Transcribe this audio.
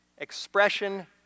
expression